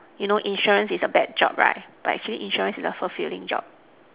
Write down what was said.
you know insurance is a bad job right but actually insurance is also fulfilling job